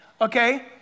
okay